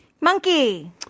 Monkey